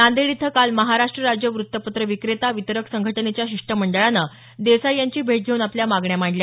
नांदेड इथं काल महाराष्ट्र राज्य व्रतपत्र विक्रेता वितरक संघटनेच्या शिष्टमंडळानं देसाई यांची भेट घेऊन आपल्या मागण्या मांडल्या